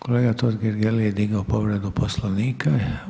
Kolega Totgergeli je digao povredu Poslovnika.